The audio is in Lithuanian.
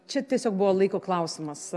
čia tiesiog buvo laiko klausimas